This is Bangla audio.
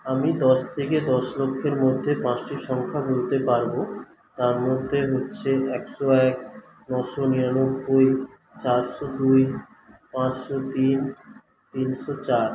আমি দশ থেকে দশ লক্ষের মধ্যে পাঁচটি সংখ্যা বলতে পারব তার মধ্যে হচ্ছে একশো এক নশো নিরানব্বই চারশো দুই পাঁচশো তিন তিনশো চার